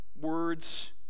words